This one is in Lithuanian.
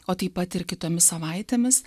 o taip pat ir kitomis savaitėmis